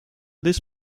this